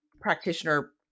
practitioner